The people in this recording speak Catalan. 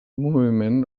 moviment